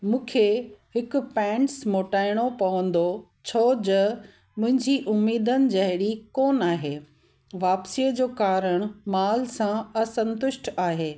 मूंखे हिकु पैंट्स मोटाइणो पवंदो छो ज मुंहिंजी उमीदनि जहिड़ी कोन्ह आहे वापिसीअ जो कारण माल सां असंतुष्ट आहे